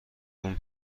اون